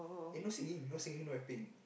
eh no singing no singing no rapping